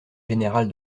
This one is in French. général